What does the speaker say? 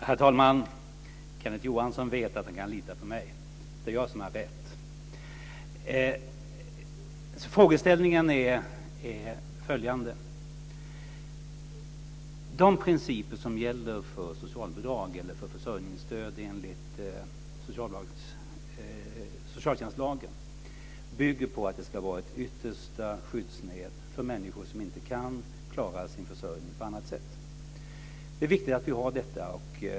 Herr talman! Kenneth Johansson vet att han kan lita på mig. Det är jag som har rätt. Frågeställningen är följande. De principer som gäller för socialbidrag eller för försörjningsstöd enligt socialtjänstlagen bygger på att det ska vara ett yttersta skyddsnät för människor som inte kan klara sin försörjning på annat sätt. Det är viktigt att vi har detta.